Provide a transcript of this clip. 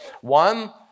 One